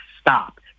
stop